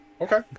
Okay